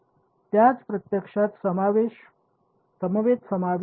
याचा प्रत्यक्षात समवेत समावेश आहे